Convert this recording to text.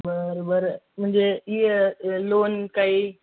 बरं बरं म्हणजे इ अ लोन काही